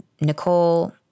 Nicole